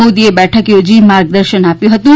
મોદીએ બેઠક યોજી માર્ગદર્શન આપ્યુ હતું